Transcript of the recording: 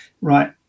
right